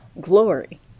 glory